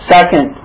Second